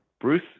Bruce